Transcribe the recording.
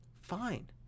fine